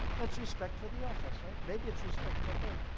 that's respect for the office, right? maybe it's respect for me.